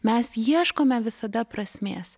mes ieškome visada prasmės